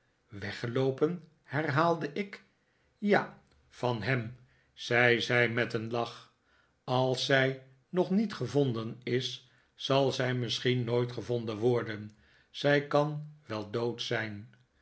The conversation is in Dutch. weggeloopen herhaalde ik ja van hem zei zij met een lach als zij nog niet gevonden is zal zij misschien nooit gevonden worden zij kan wei dood zijn